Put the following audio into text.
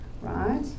right